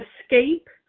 escape